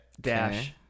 Dash